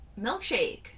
milkshake